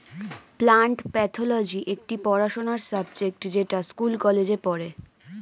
plant pathology একটি পড়াশোনার subject যেটা স্কুল কলেজে পড়ে